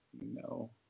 no